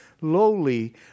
lowly